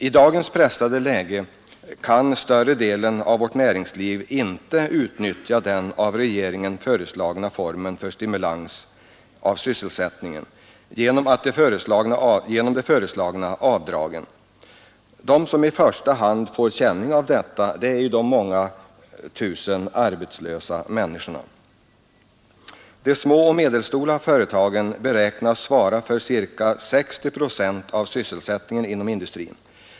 I dagens pressade läge kan större delen av vårt näringsliv inte utnyttja den av regeringen föreslagna formen för stimulans av sysselsättningen genom de ifrågavarande avdragen. De som i första hand får känning av detta är ju de många tusen arbetslösa människorna. De små och medelstora företagen beräknas svara för ca 60 procent av sysselsättningen inom industrin.